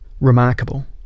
remarkable